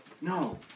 No